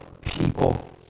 people